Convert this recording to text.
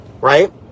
right